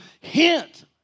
hint